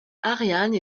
ariane